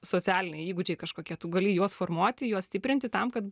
socialiniai įgūdžiai kažkokie tu gali juos formuoti juos stiprinti tam kad